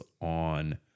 on